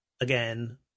again